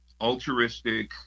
altruistic